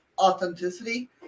authenticity